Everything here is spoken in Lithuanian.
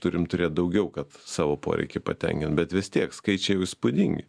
turim turėt daugiau kad savo poreikį patenkint bet vis tiek skaičiai jau įspūdingi